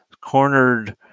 cornered